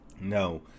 no